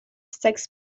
sex